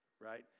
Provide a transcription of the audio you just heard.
right